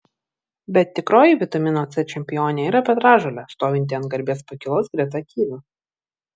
bet tikroji vitamino c čempionė yra petražolė stovinti ant garbės pakylos greta kivių